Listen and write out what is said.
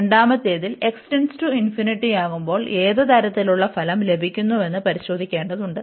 രണ്ടാമത്തേതിൽ യാകുമ്പോൾ ഏത് തരത്തിലുള്ള ഫലം ലഭിക്കുന്നുവെന്ന് പരിശോധിക്കേണ്ടതുണ്ട്